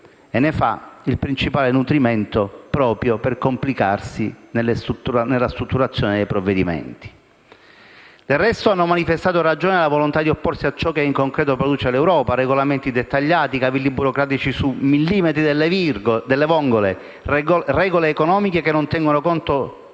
il principale nutrimento proprio per complicare la strutturazione dei provvedimenti. Del resto, gli inglesi hanno manifestato, a ragione, la volontà di opporsi a ciò che in concreto produce l'Europa: regolamenti dettagliati, cavilli burocratici sui millimetri delle vongole, regole economiche che non tengono conto